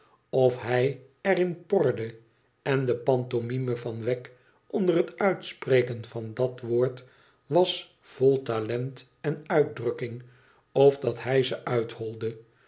of hij erin porde en de pantomime van wegg onder het uitspreken van dat woord was vol talent en uitdrukking of dat hij ze uitholde